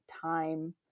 time